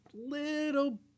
little